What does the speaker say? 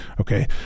Okay